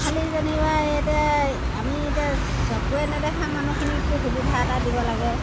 খালি যেনিবা এতিয়া আমি এতিয়া চকুৰে নেদেখা মানুহখিনিকতো সুবিধা এটা দিব লাগে